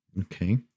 Okay